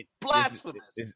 blasphemous